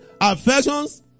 affections